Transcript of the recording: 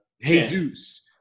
Jesus